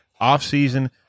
off-season